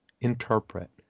interpret